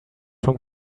from